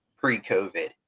pre-COVID